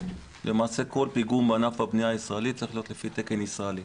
למעשה כל פיגום בענף הבנייה הישראלי צריך להיות לפי תקן ישראלי.